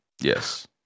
Yes